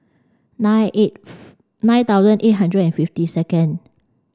nine eighth nine thousand eight hundred and fifty second